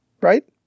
right